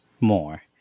more